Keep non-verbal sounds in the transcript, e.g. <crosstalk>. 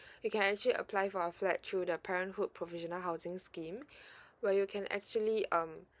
you can actually apply for our flat through their parenthood provisional housing scheme <breath> where you can actually um